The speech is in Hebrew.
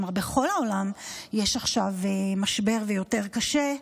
כלומר, בכל העולם יש עכשיו משבר, ויותר קשה,